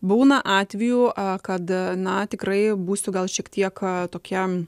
būna atvejų kad na tikrai būsiu gal šiek tiek tokia